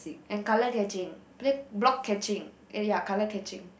and color catching play block catching eh ya color catching